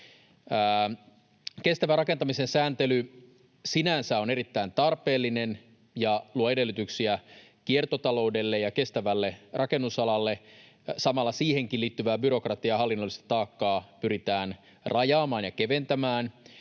Kestävän rakentamisen sääntely sinänsä on erittäin tarpeellista ja luo edellytyksiä kiertotaloudelle ja kestävälle rakennusalalle. Samalla siihenkin liittyvää byrokratiaa ja hallinnollista taakkaa pyritään rajaamaan ja keventämään.